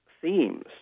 themes